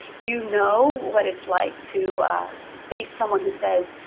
you know what it's like to face someone who says,